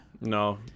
No